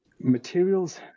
materials